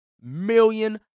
million